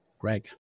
Greg